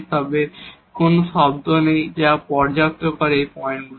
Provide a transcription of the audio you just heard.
তবে কোন প্রথম টার্ম নেই যা সবাইকে পর্যাপ্ত করে এই পয়েন্টগুলি